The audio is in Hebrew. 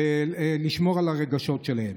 לשמור על הרגשות שלהם.